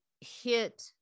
hit